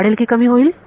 वाढेल की कमी होईल